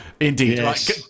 Indeed